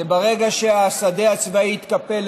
זה ברגע שהשדה הצבאי יתקפל,